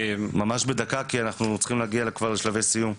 ממש בדקה כי אנחנו צריכים להגיע כבר לשלבי סיום.